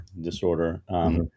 disorder